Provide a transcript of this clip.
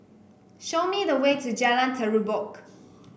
show me the way to Jalan Terubok